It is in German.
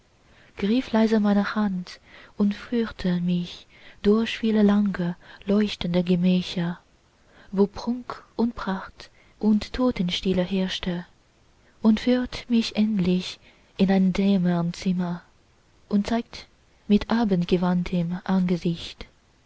leise meine hand und führte mich durch viele lange leuchtende gemächer wo prunk und pracht und totenstille herrschte und führt mich endlich in ein dämmernd zimmer und zeigt mit abgewandtem angesicht